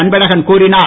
அன்பழகன் கூறினார்